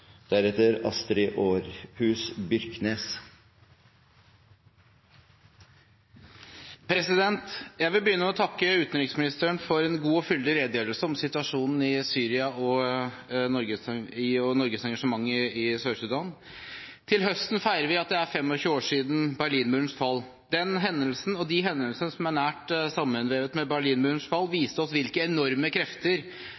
Jeg vil begynne med å takke utenriksministeren for en god og fyldig redegjørelse om situasjonen i Syria og Norges engasjement i Sør-Sudan. Til høsten feirer vi at det er 25 år siden Berlinmurens fall. Den hendelsen, og de hendelsene som er nært sammenvevet med